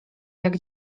jak